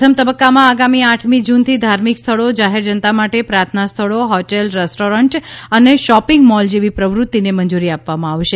પ્રથમ તબક્કામાં આગામી આઠમી જૂનથી ધાર્મિક સ્થળો જાહેર જનતા માટે પ્રાર્થના સ્થળો હોટેલ રેસ્ટોરન્ટ અને શોપિંગ મોલ જેવી પ્રવૃત્તિને મંજૂરી આપવામાં આવશે